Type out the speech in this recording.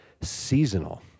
Seasonal